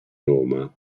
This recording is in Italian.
roma